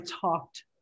talked